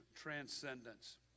transcendence